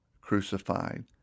crucified